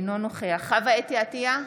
אינו נוכח חוה אתי עטייה,